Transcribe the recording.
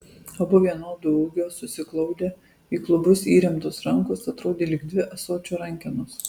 abu vienodo ūgio susiglaudę į klubus įremtos rankos atrodė lyg dvi ąsočio rankenos